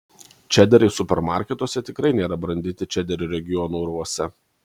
čederiai supermarketuose tikrai nėra brandinti čederio regiono urvuose